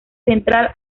central